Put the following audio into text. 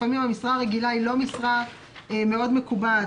לפעמים המשרה הרגילה היא לא משרה מאוד מקובעת,